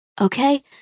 Okay